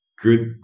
good